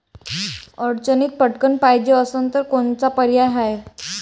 अडचणीत पटकण पायजे असन तर कोनचा पर्याय हाय?